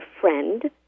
friend